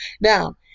Now